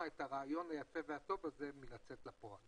את הרעיון הטוב והיפה הזה מלצאת לפועל,